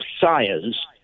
sires